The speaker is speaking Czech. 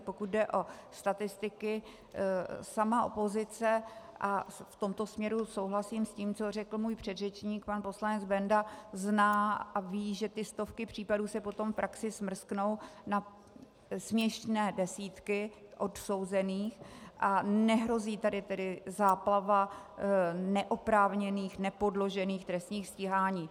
Pokud jde o statistiky, sama opozice, a v tomto směru souhlasím s tím, co řekl můj předřečník pan poslanec Benda, zná a ví, že ty stovky případů se potom v praxi smrsknou na směšné desítky odsouzených a nehrozí tedy záplava neoprávněných, nepodložených trestních stíhání.